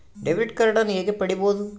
Debit ಕಾರ್ಡನ್ನು ಹೇಗೆ ಪಡಿಬೋದು?